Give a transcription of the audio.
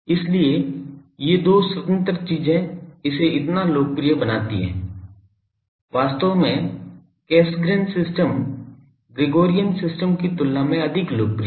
इसलिए ये दो स्वतंत्र चीजें इसे इतना लोकप्रिय बनाती हैं वास्तव में कैसग्रेन सिस्टम ग्रेगोरियन सिस्टम की तुलना में अधिक लोकप्रिय हैं